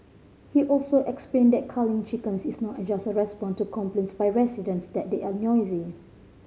he also explained that culling chickens is not a just response to complaints by residents that they are noisy